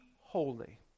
holy